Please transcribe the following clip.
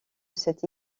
cette